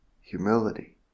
humility